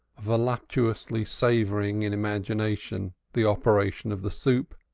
voluptuously savoring in imagination the operation of the soup,